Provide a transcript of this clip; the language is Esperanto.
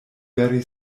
vere